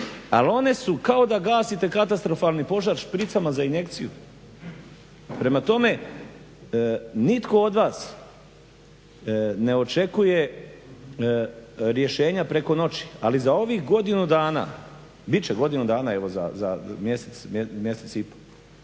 ali one su kao da gasite katastrofalni požar špricama za injekciju. Prema tome, nitko od vas ne očekuje rješenja preko noći, ali za ovih godinu dana, bit će godinu dana za mjesec,